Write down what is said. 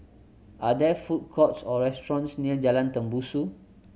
are there food courts or restaurants near Jalan Tembusu